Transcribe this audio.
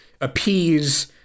appease